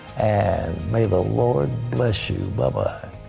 and may the lord bless you. bye-bye.